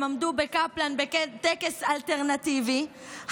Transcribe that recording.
הם עמדו בקפלן בטקס אלטרנטיבי,